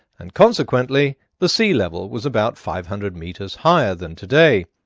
and consequently, the sea level was about five hundred meters higher than today.